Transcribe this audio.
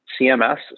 CMS